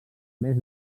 més